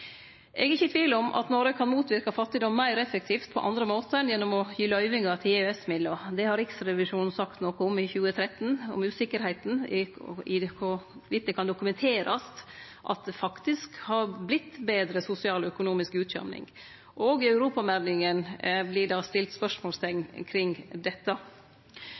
Eg er ikkje i tvil om at Noreg kan motverke fattigdom meir effektivt på andre måtar enn gjennom å gi løyvingar til EØS-midlar. Det har Riksrevisjonen sagt noko om i 2013, at det er usikkert om det kan dokumenterast at det faktisk har vorte meir sosial og økonomisk utjamning. Òg i europameldinga vert det stilt spørsmålsteikn kring dette.